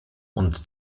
und